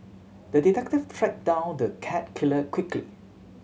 the detective track down the cat killer quickly